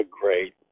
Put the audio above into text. great